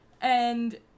and-